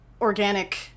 organic